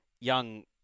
young